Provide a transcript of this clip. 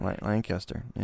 Lancaster